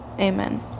Amen